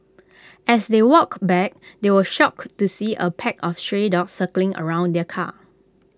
as they walked back they were shocked to see A pack of stray dogs circling around their car